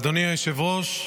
(תיקון) התשפ"ד 2024,